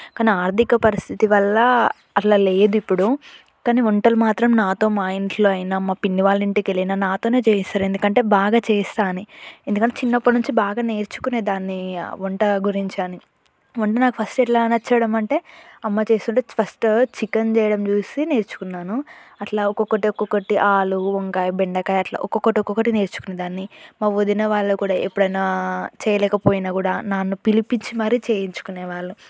కానీ ఆర్థిక పరిస్థితి వల్ల అట్లా లేదు ఇప్పుడు కానీ వంటలు మాత్రం నాతో మా ఇంట్లో అయినా మా పిన్ని వాళ్ళ ఇంటికెళ్ళినా నాతోనే చేయిస్తారు ఎందుకంటే బాగా చేస్తా అని ఎందుకంటే చిన్నప్పటినుంచి బాగా నేర్చుకునే దాన్ని వంట గురించి అని వంట నాకు ఫస్ట్ ఎట్లా నచ్చడం అంటే అమ్మ చేస్తుంటే ఫస్ట్ చికెన్ చేయడం చూసి నేర్చుకున్నాను అట్లా ఒక్కొక్కటి ఒక్కొక్కటి ఆలు వంకాయ బెండకాయ అట్లా ఒక్కొక్కటి ఒక్కొక్కటి నేర్చుకునేదాన్ని మా వదిన వాళ్ళు కూడా ఎప్పుడన్నా చేయలేకపోయినా కూడా నన్ను పిలిపించి మరి చేయించుకునే వాళ్ళు